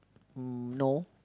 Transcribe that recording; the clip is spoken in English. um no